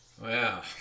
Wow